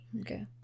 okay